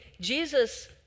Jesus